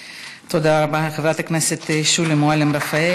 (מחיאות כפיים) תודה רבה לחבר הכנסת שולי מועלם-רפאלי.